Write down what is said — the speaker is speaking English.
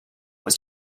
was